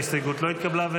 ההסתייגות לא התקבלה.